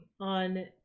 on